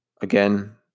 Again